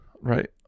right